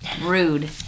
Rude